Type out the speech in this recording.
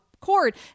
court